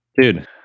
Dude